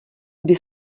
kdy